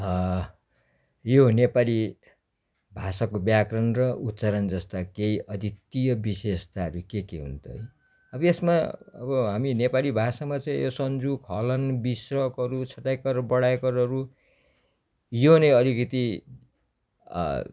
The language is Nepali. यो नेपाली भाषाको व्याकरण र उच्चारण जस्ता केही अद्वितीय विशेषताहरू के के हुन् त अब यसमा अब हामी नेपाली भाषामा चाहिँ यो संयुक्त हलन्त बिस्रकहरू छोटा इकर बडा इकरहरू यो नै अलिकति